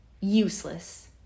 useless